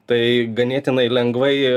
tai ganėtinai lengvai